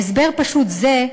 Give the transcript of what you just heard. בהסבר פשוט זה,